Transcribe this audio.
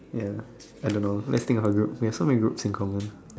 ya I don't know let's think of a group we have so many groups in common